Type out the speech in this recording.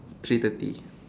three thirty